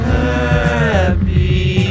happy